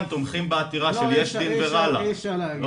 העתירה היא